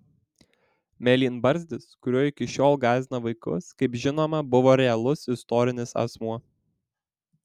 mėlynbarzdis kuriuo iki šiol gąsdina vaikus kaip žinoma buvo realus istorinis asmuo